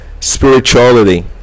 spirituality